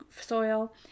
soil